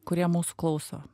kurie mūsų klauso